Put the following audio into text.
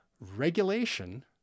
regulation